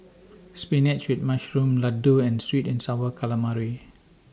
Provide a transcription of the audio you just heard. Spinach with Mushroom Laddu and Sweet and Sour Calamari